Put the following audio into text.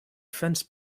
fence